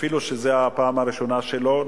אפילו שזאת היתה הפעם הראשונה שלו,